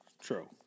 True